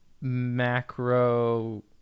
macro